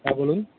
হ্যাঁ বলুন